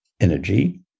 energy